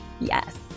Yes